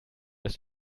das